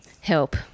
help